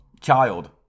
Child